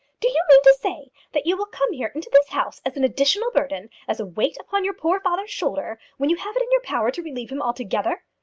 do you mean to say that you will come here into this house as an additional burden, as a weight upon your poor father's shoulder, when you have it in your power to relieve him altogether?